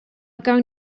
gawn